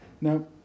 Now